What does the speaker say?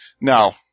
Now